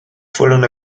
fueron